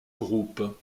groupes